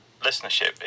listenership